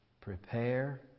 Prepare